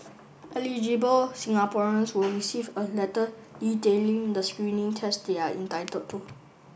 Eligible Singaporeans will receive a letter detailing the screening tests they are entitled to